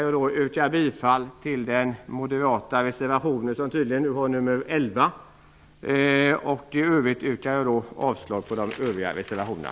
Jag yrkar bifall till reservation 10. I övrigt yrkar jag avslag på de övriga reservationerna.